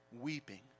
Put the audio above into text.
weeping